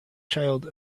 child